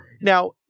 now